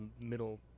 middle